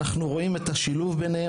אנחנו רואים את השילוב ביניהם.